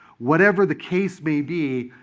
whatever the case may be,